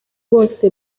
bose